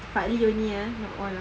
partly only ah not all ah